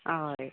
बरें